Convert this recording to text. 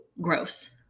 gross